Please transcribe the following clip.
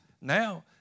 Now